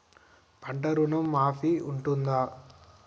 పంట ఋణం మాఫీ ఉంటదా?